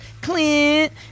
Clint